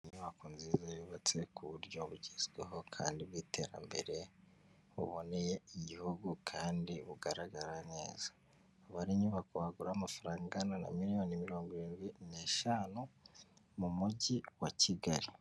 Inyubako nziza yubatse ku buryo bugezweho kandi bw'iterambere buboneye igihugu kandi bugaragara neza, ikaba ari inyubako wagura amafaranga angana na miliyoni mirongo irindwi n'eshanu mu mujyi wa Kigali.